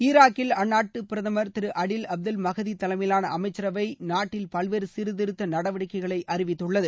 ஈராக்கில் அந்நாட்டு பிரதமர் திரு அடில் அப்தல் மகதி தலைமையிலான அமைச்சரவை நாட்டில் பல்வேறு சீர்திருத்த நடவடிக்கைகளை அறிவித்துள்ளது